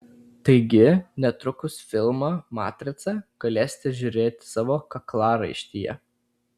taigi netrukus filmą matrica galėsite žiūrėti savo kaklaraištyje